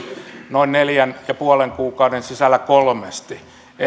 noin neljän ja puolen kuukauden sisällä kolmesti